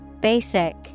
Basic